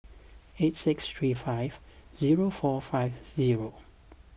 eight six three five zero four five zero